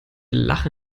lache